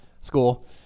school